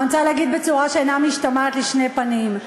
אני רוצה להגיד בצורה שאינה משתמעת לשתי פנים: